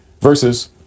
versus